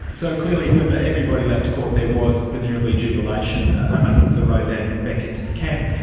so clearly when but everybody left court there was presumably jubilation amongst the roseanne beckett camp.